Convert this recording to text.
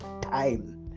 time